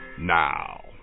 now